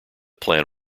plan